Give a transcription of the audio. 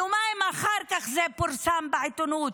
יומיים אחר כך זה פורסם בעיתונות.